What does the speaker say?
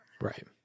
right